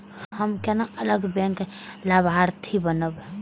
हम केना अलग बैंक लाभार्थी बनब?